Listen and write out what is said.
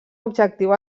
objectiu